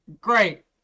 great